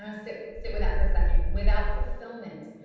um sit sit with that for a second, without fulfillment,